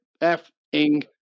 F-ing